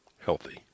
healthy